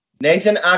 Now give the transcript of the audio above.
Nathan